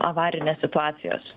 avarinės situacijos